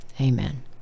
Amen